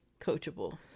coachable